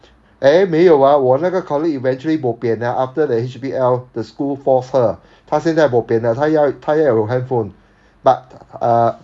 eh 没有 ah 我那个 colleague eventually bo pian then after the H_B_L the school force her 她现在 bo pian liao 她要她要有 handphone but uh